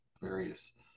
various